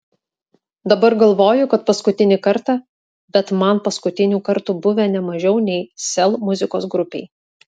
dabar galvoju kad paskutinį kartą bet man paskutinių kartų buvę ne mažiau nei sel muzikos grupei